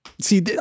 see